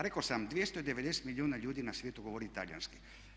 Rekao sam 290 milijuna ljudi na svijetu govori talijanski.